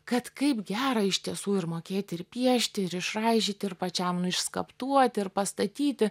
kad kaip gera iš tiesų ir mokėti ir piešti ir išraižyti ir pačiam išskaptuoti ir pastatyti